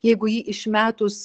jeigu jį išmetus